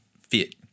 fit